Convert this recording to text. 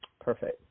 Perfect